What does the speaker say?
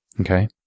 Okay